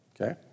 okay